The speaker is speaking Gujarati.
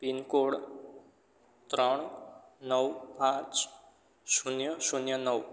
પિન કોડ ત્રણ નવ પાંચ શૂન્ય શૂન્ય નવ